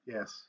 Yes